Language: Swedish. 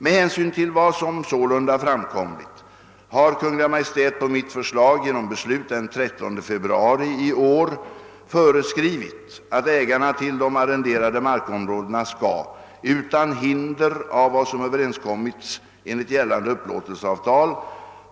Med hänsyn till vad som sålunda framkommit har Kungl. Maj:t på mitt förslag genom beslut den 13 februari 1970 föreskrivit att ägarna till de arrenderade markområdena skall, utan hinder av vad som överenskommits enligt gällande upplåtelseavtal,